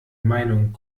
meinung